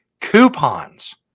Coupons